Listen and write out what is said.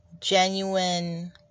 genuine